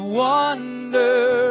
wonder